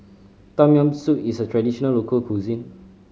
Tom Yam Soup is a traditional local cuisine